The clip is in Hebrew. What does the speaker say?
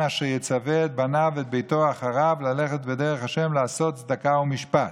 אשר יצוה את בניו ואת ביתו אחריו ושמרו דרך ה' לעשות צדקה ומשפט".